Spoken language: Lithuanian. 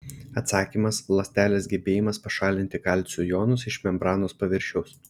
atsakymas ląstelės gebėjimas pašalinti kalcio jonus iš membranos paviršiaus